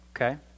okay